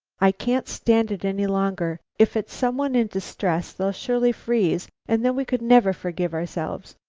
i can't stand it any longer. if it's someone in distress, they'll surely freeze, and then we could never forgive ourselves.